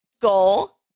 Goal